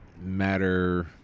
matter